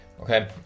okay